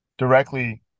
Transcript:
directly